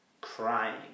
crying